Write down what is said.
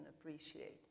appreciate